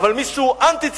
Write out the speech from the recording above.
אבל מי שהוא אנטי-ציוני,